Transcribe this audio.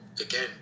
again